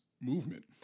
movement